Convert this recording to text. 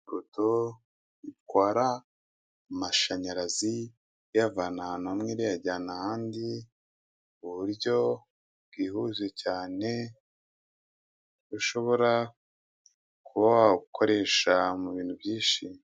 Ipoto ritwara amashanyarazi riyavana ahantu hamwe riyajyana ahandi, ku buryo bwihuse cyane; ushobora kuba wawukoresha mu bintu byinshi.